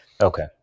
Okay